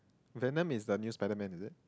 Venom is the new spiderman is it